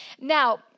Now